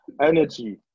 Energy